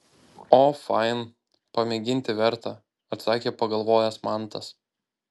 o fain pamėginti verta atsakė pagalvojęs mantas